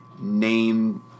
name